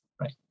right